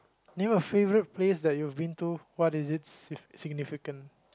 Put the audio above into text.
name a favourite place that you've been to what is it sig~ significant